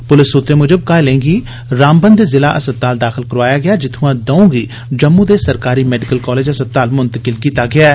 पुलस सूत्रे मुजब घायलें गी रामबन दे जिला अस्पताल दाखल कराया गेया जित्थ्आं दंऊ गी जम्मू दे सरकारी मैडिकल कालेज अस्पताल म्तंकिल कीता गेया ऐ